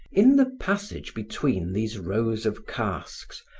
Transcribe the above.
in the passage between these rows of casks,